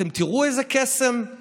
אתם תראו איזה קסם,